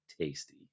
tasty